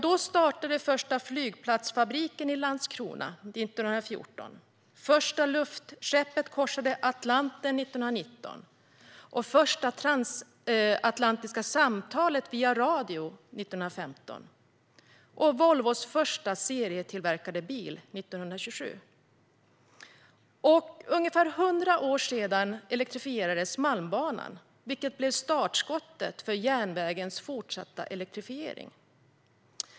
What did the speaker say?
Den första flygplansfabriken startade i Landskrona 1914, det första luftskeppet korsade Atlanten 1919, det första transatlantiska samtalet via radio skedde 1915 och Volvos första serietillverkade bil kom 1927. Och för ungefär hundra år sedan elektrifierades Malmbanan, vilket blev startskottet för järnvägens fortsatta elektrifiering.